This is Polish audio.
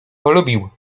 polubił